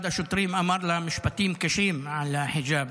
אחד השוטרים אמר לה משפטים קשים על החיג'אב,